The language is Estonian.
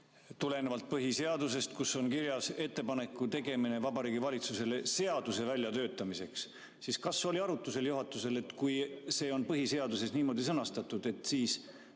tulenevalt põhiseadusest, kus on räägitud ettepaneku tegemisest Vabariigi Valitsusele seaduse väljatöötamiseks, siis kas juhatus arutas ka seda, et kui see on põhiseaduses niimoodi sõnastatud, siis